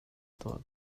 tuah